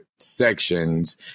Sections